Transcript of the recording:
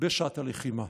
בשעת הלחימה.